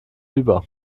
über